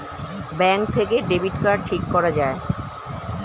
bank থেকে debit card ঠিক করা যায়